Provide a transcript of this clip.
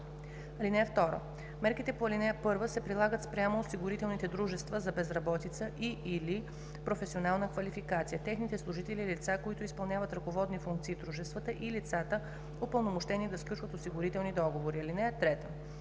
срок. (2) Мерките по ал. 1 се прилагат спрямо осигурителните дружества за безработица и/или професионална квалификация, техните служители, лица, които изпълняват ръководни функции в дружествата, и лицата, упълномощени да сключват осигурителни договори. (3)